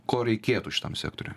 ko reikėtų šitam sektoriui